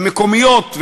מקומיות.